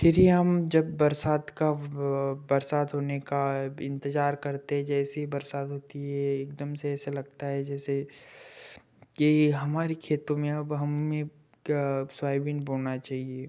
फिर ये हम जब बरसात का बरसात होने का इंतज़ार करते जैसे ही बरसात होती है एकदम से ऐसा लगता है जैसे कि हमारे खेतों में अब हम क्या सौयबीन बोना चाहिए